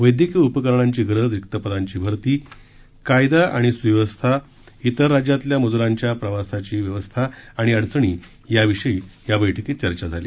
वैद्यकीय उपकरणांची गरज रिक्त पदांची भरती कायदा आणि सुव्यवस्था इतर राज्यातील मजुरांच्या प्रवासाची व्यवस्था आणि अडचणी याविषयी या बैठकीत चर्चा झाली